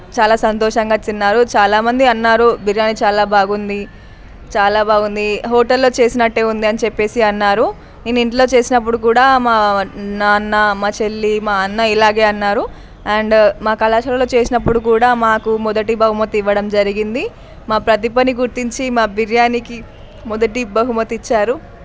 చాలా సంతోషంగా తిన్నారు చాలామంది అన్నారు బిర్యాని చాలా బాగుంది చాలా బాగుంది హోటల్లో చేసినట్టే ఉంది అని చెప్పి అన్నారు నేను ఇంట్లో చేసినప్పుడు కూడా మా నాన్న మా చెల్లి మా అన్న ఇలాగే అన్నారు అండ్ మా కళాశాలలో చేసినప్పుడు కూడా మాకు మొదటి బహుమతి ఇవ్వడం జరిగింది మా ప్రతిభని గుర్తించి మా బిర్యానికి మొదటి బహుమతి ఇచ్చారు